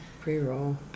Pre-roll